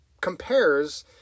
compares